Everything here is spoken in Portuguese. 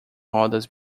rodas